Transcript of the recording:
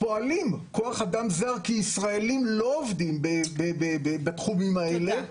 פועלים וכוח אדם זר כי ישראלים לא עובדים בתחומים האלה,